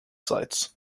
sites